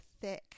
thick